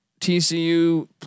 TCU